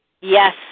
Yes